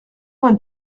vingt